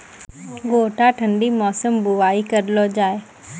गोटा ठंडी मौसम बुवाई करऽ लो जा?